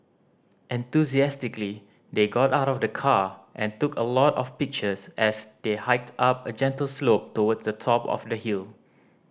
enthusiastically they got out of the car and took a lot of pictures as they hiked up a gentle slope towards the top of the hill